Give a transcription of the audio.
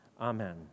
Amen